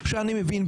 אני מבין,